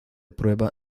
prueba